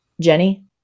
Jenny